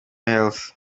health